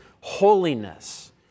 holiness